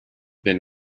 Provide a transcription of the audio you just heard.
been